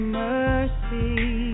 mercy